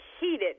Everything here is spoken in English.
heated